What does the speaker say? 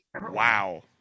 Wow